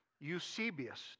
Eusebius